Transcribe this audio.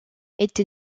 été